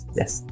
yes